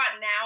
now